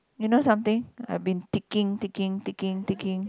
you know something I've been ticking ticking ticking ticking